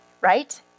right